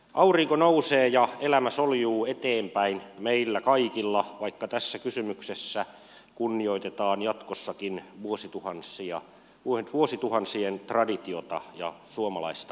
aurinko nousee ja elämä soljuu eteenpäin meillä kaikilla vaikka tässä kysymyksessä kunnioitetaan jatkossakin vuosituhansien traditiota ja suomalaista perhettä